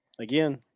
again